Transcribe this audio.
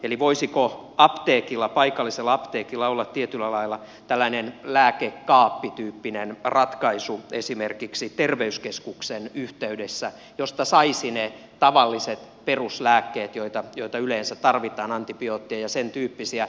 eli voisiko paikallisella apteekilla olla tietyllä lailla tällainen lääkekaappityyppinen ratkaisu esimerkiksi terveyskeskuksen yh teydessä josta saisi ne tavalliset peruslääkkeet joita yleensä tarvitaan antibiootteja ja sentyyppisiä